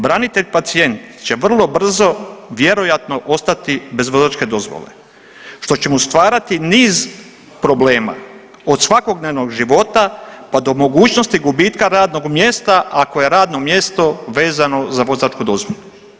Branitelj pacijent će vrlo brzo vjerojatno ostati bez vozačke dozvole što će mu stvarati niz problema od svakodnevnog života, pa do mogućnosti gubitka radnog mjesta ako je radno mjesto vezano za vozačku dozvolu.